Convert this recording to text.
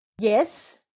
yes